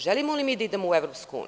Želimo li mi da idemo u EU?